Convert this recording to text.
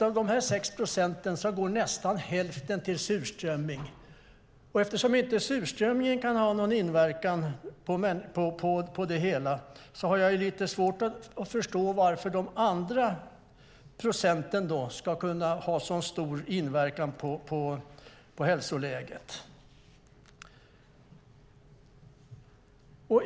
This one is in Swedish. Av dessa 6 procent går nästan hälften till surströmming, och eftersom surströmmingen inte kan ha någon inverkan på det hela har jag lite svårt att förstå hur de andra procenten kan ha sådan stor inverkan på hälsoläget.